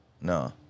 No